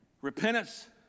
Repentance